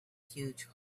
huge